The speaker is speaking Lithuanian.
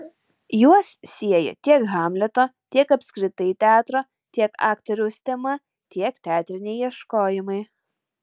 juos sieja tiek hamleto tiek apskritai teatro tiek aktoriaus tema tiek teatriniai ieškojimai